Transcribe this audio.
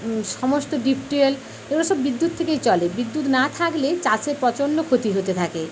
সমস্ত deep well ওগুলো সব বিদ্যুৎ থেকেই চলে বিদ্যুৎ না থাকলে চাষের প্রচণ্ড ক্ষতি হতে থাকে